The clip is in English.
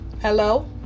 Hello